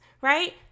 right